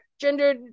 gender